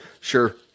Sure